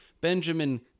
Benjamin